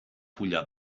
fulla